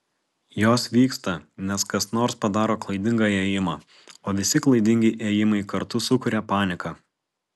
jos vyksta nes kas nors padaro klaidingą ėjimą o visi klaidingi ėjimai kartu sukuria paniką